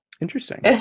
interesting